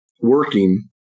working